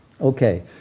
Okay